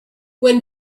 when